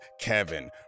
Kevin